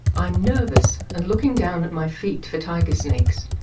i'm nervous and looking down at my feet for tiger snakes.